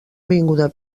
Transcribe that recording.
avinguda